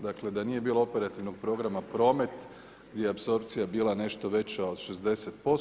Dakle, da nije bilo operativnog programa promet bi apsorpcija bila nešto veća od 60%